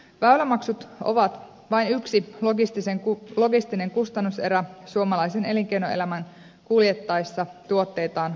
väylämaksut ovat vain yksi logistinen kustannuserä suomalaisen elinkeinoelämän kuljettaessa tuotteitaan markkinoille merten taa